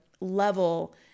level